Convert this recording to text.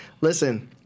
listen